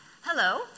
hello